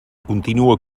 continua